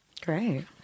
great